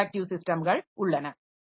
interactive சிஸ்டம்கள் உள்ளன